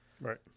Right